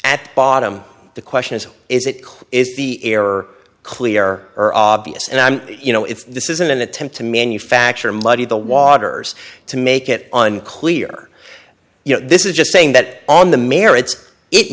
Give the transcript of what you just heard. at bottom the question is is it clear is the error clear or obvious and i'm you know if this isn't an attempt to manufacture muddy the waters to make it unclear you know this is just saying that on the merits it